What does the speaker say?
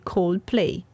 Coldplay